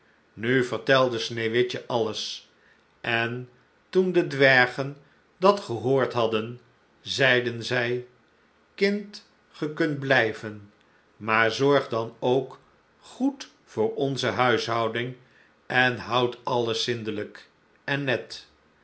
nu vertelde sneeuwwitje alles en toen de dwergen dat gehoord hadden zeiden zij kind ge kunt blijven maar zorg dan ook goed voor onze huishouding en houd alles zindelijk en net